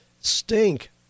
stink